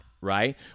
Right